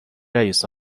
رئیس